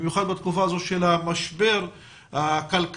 במיוחד בתקופה הזו של המשבר הכלכלי,